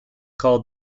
called